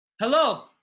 Hello